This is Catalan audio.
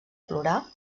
plorar